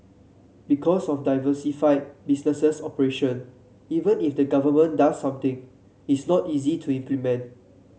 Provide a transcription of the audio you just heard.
because of diversified business operations even if the government does something it's not easy to implement